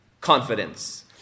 confidence